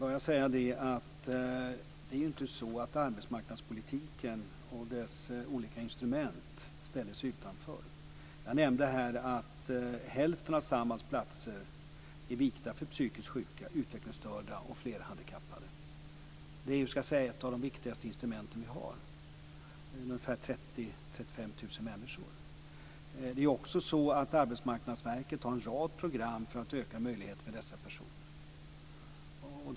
Fru talman! Det är ju inte så att arbetsmarknadspolitiken och dess olika instrument ställer sig utanför. Jag nämnde här att hälften av Samhalls platser är vikta för psykiskt sjuka, utvecklingsstörda och flerhandikappade. Det är ett av de viktigaste instrumenten som vi har, och det handlar om 30 000-35 000 människor. Arbetsmarknadsverket har en rad program för att öka möjligheterna för dessa personer.